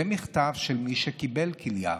זה מכתב של מי שקיבל כליה.